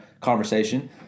conversation